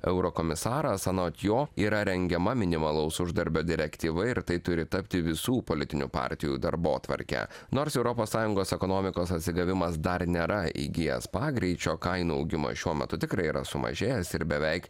eurokomisaras anot jo yra rengiama minimalaus uždarbio direktyva ir tai turi tapti visų politinių partijų darbotvarke nors europos sąjungos ekonomikos atsigavimas dar nėra įgijęs pagreičio kainų augimas šiuo metu tikrai yra sumažėjęs ir beveik